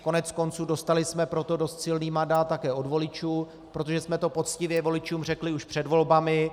Koneckonců dostali jsme pro to dost silný mandát také od voličů, protože jsme to poctivě voličům řekli už před volbami.